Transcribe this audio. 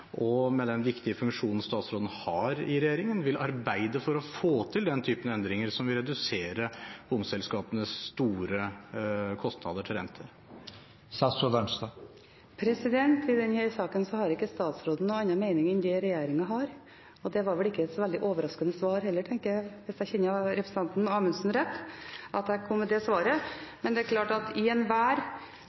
og med den viktige funksjonen statsråden har i regjeringen, vil arbeide for å få til den type endringer som vil redusere bomselskapenes store kostnader til renter. I denne saken har ikke statsråden noen annen mening enn den regjeringen har. Det var vel ikke så veldig overraskende – hvis jeg kjenner representanten Anundsen rett – at jeg kom med det svaret. Det er klart at i enhver